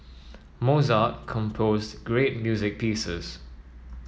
Mozart composed great music pieces